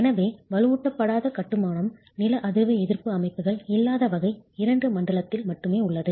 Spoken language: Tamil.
எனவே வலுவூட்டப்படாத கட்டுமானம் நில அதிர்வு எதிர்ப்பு அமைப்புகள் இல்லாத வகை II மண்டலத்தில் மட்டுமே உள்ளது